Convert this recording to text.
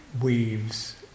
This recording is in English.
weaves